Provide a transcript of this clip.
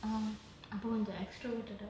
அப்போ இந்த:appo intha extra role தந்த:thantha